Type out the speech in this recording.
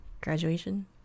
graduation